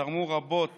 שתרמו רבות